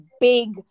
big